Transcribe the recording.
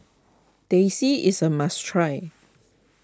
Teh C is a must try